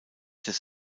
des